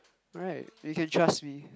right you can trust me